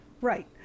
Right